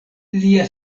lia